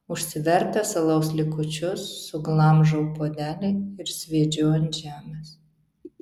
užsivertęs alaus likučius suglamžau puodelį ir sviedžiu ant žemės